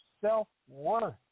self-worth